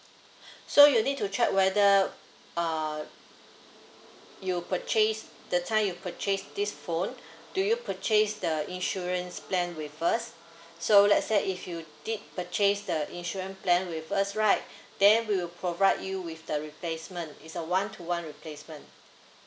so you need to check whether err you purchase the time you purchased this phone do you purchase the insurance plan with us so let's say if you did purchase the insurance plan with us right then we will provide you with the replacement is a one to one replacement